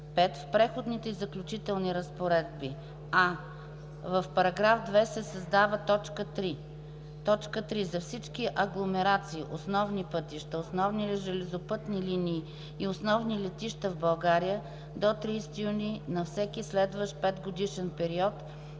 5. В Преходните и заключителните разпоредби: а) в § 2 се създава т. 3: „3. за всички агломерации, основни пътища, основни железопътни линии и основни летища в България – до 30 юни на всеки следващ 5-годишен период,